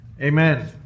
Amen